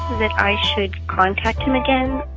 that i should contact him again.